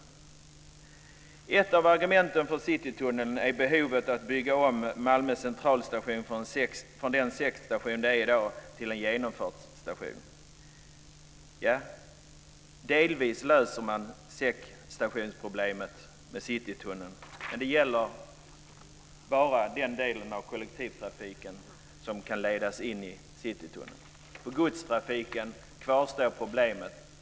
Ett av argumenten för Citytunneln är behovet av att bygga om Malmö centralstation från den säckstation som den i dag är till en genomfartsstation. Delvis löser man säckstationsproblemet med Citytunneln, men det gäller bara den del av kollektivtrafiken som kan ledas in i Citytunneln. För godstrafiken kvarstår problemet.